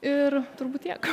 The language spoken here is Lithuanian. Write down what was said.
ir turbūt tiek